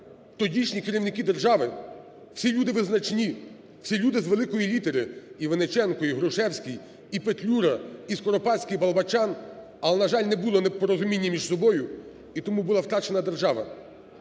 тодішні керівники держави, ці люди визначні, ці люди з великої літери, і Винниченко, і Грушевський, і Петлюра, і Скоропадський, і Болбочан, але, не було порозуміння між собою. І тому була втрачена держава.